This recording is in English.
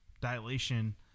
dilation